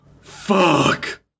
Fuck